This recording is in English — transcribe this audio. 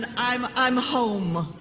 and i'm i'm home.